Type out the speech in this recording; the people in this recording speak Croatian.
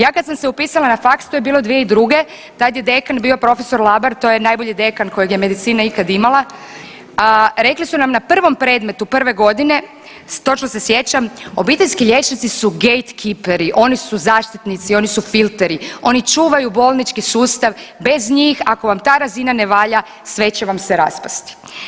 Ja kad sam se upisala na faks to je bilo 2002. tad je dekan bio profesor Labar, to je najbolji dekan kojeg je medicina ikad imala, a rekli su nam na prvom predmetu prve godine točno se sjećam obiteljski liječnici su gejdkiperi oni su zaštitnici, oni su filteri, oni čuvaju bolnički sustav, bez njih ako vam ta razina ne valja sve će vam se raspasti.